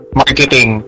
marketing